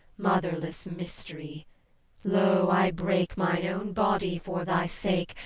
motherless mystery lo, i break mine own body for thy sake,